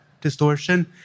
distortion